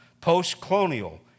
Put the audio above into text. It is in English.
post-colonial